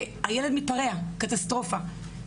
הילד מתפרע, קטסטרופה.